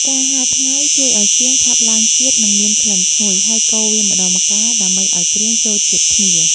ការហាលថ្ងៃជួយឱ្យសៀងឆាប់ឡើងជាតិ និងមានក្លិនឈ្ងុយ ហើយកូរវាម្ដងម្កាល ដើម្បីឱ្យគ្រឿងចូលជាតិគ្នា។